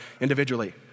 individually